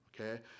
okay